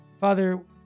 Father